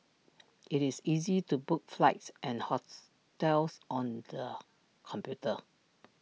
IT is easy to book flights and hotels on the computer